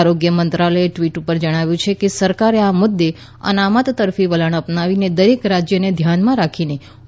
આરોગ્ય મંત્રાલયે ટ્વીટર ઉપર જણાવ્યું છે કે સરકારે આ મુદ્દે અનામત તરફી વલણ અપનાવીને દરેક રાજ્યને ધ્યાનમાં રાખીને ઓ